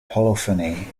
polyphony